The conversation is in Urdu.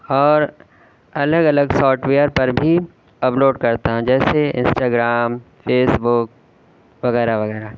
اور الگ الگ سافٹ ویئر پر بھی اپلوڈ کرتا ہوں جیسے انسٹاگرام فیس بک وغیرہ وغیرہ